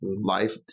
life